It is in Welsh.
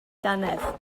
dannedd